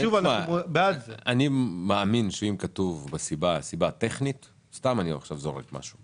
אם מאמין שאם כתוב סיבה טכנית אני סתם זורק משהו